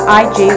ig